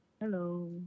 Hello